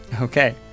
Okay